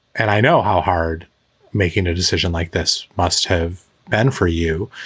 and i know how hard making a decision like this must have been for you.